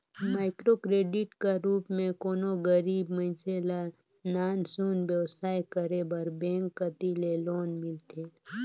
micro credit कर रूप में कोनो गरीब मइनसे ल नान सुन बेवसाय करे बर बेंक कती ले लोन मिलथे